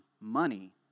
money